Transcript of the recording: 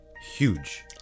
huge